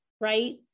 right